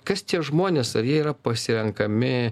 kas tie žmonės ar jie yra pasirenkami